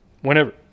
whenever